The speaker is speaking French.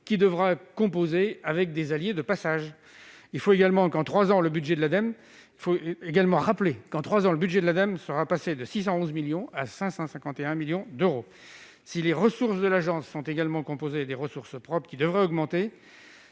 qui devra composer avec des salariés de passage. Rappelons également que, en trois ans, le budget de l'Ademe sera passé de 611 millions d'euros à 551 millions d'euros. Si les ressources de l'agence sont également composées de ressources propres qui devraient augmenter,